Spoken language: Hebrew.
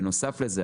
בנוסף לזה,